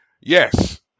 yes